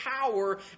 power